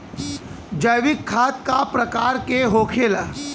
जैविक खाद का प्रकार के होखे ला?